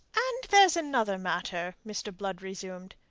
and there's another matter, mr. blood resumed.